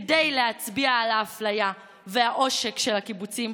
כדי להצביע על האפליה והעושק של הקיבוצים,